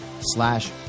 slash